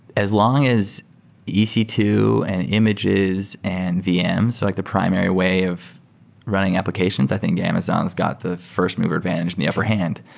as long as e c two and images and vm, so like the primary way of running applications, i think amazon's got the first mover advantage and the upper hand.